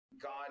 God